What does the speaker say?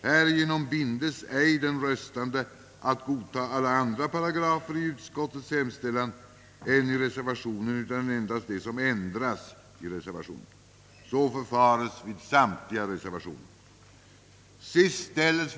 Härigenom bindes ej den röstande att godtaga alla andra paragrafer i utskottets hemställan än i reservationen utan endast de som ändras i reservationen. Så förfares vid samtliga reservationer.